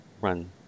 run